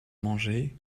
manger